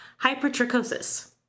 hypertrichosis